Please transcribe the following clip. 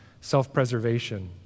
self-preservation